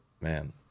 man